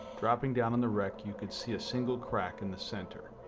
dropping down on the wreck you could see a single crack in the center.